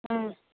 ꯎꯝ